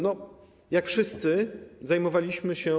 No, jak wszyscy, zajmowaliśmy się.